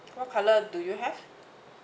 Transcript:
what colour do you have